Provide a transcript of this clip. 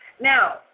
Now